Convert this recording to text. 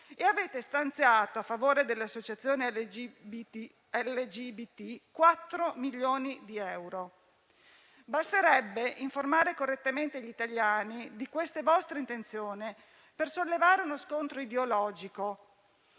Avete stanziato a favore delle associazioni LGBT quattro milioni di euro. Basterebbe informare correttamente gli italiani di queste vostre intenzioni per sollevare uno scontro ideologico